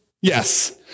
Yes